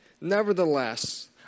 Nevertheless